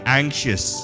anxious